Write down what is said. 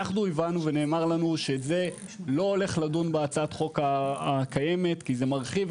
אנחנו הבנו ונאמר לנו שזה לא הולך לדון בהצעת החוק הקיימת כי זה מרחיב,